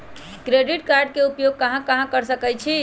Credit card के उपयोग कहां कहां कर सकईछी?